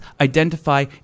identify